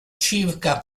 circa